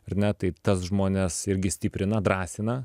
ar ne tai tas žmones irgi stiprina drąsina